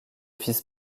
fils